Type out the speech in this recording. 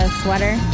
sweater